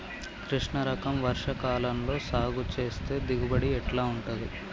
కృష్ణ రకం వర్ష కాలం లో సాగు చేస్తే దిగుబడి ఎట్లా ఉంటది?